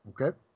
Okay